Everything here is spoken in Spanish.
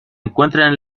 encuentran